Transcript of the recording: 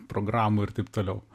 programų ir taip toliau